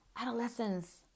adolescents